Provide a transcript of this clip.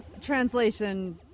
translation